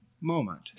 moment